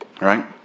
Right